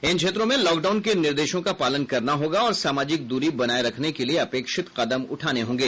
इन क्षेत्रों में लॉकडाउन के निर्देशों का पालन करना होगा और सामाजिक दूरी बनाए रखने के लिए अपेक्षित कदम उठाने होंगे